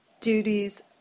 duties